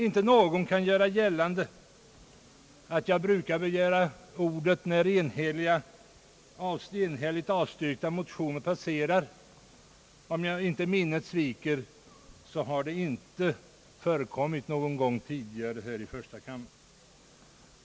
Ingen kan väl göra gällande att jag brukar begära ordet när enhälligt avstyrkta motioner passerar; om inte minnet sviker har detta inte förekommit någon gång tidigare här i kammaren.